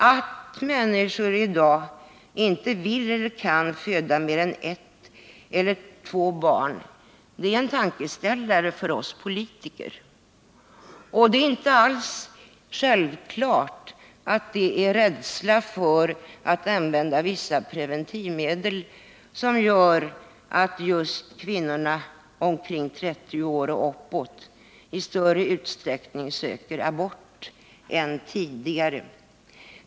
Att människor i dag inte vill eller kan föda mer än ett eller två barn är en tankeställare för oss politiker. Och det är inte alls självklart att det är rädsla för att använda vissa preventivmedel som gör att just kvinnor omkring 30 år och uppåt söker abort i större utsträckning nu än tidigare.